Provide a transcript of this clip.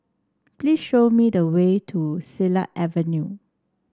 please show me the way to Silat Avenue